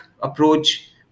approach